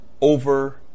over